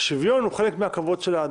והשוויון הוא חלק מהכבוד של האדם.